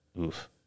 Oof